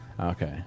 Okay